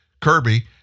Kirby